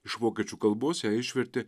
iš vokiečių kalbos ją išvertė